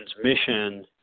transmission